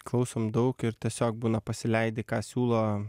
klausom daug ir tiesiog būna pasileidi ką siūlo